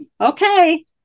Okay